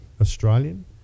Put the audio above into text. Australian